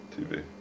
TV